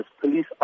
police